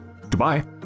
Goodbye